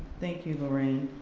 thank you, lorraine.